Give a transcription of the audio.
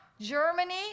Germany